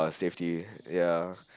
safety ya